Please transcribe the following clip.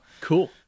cool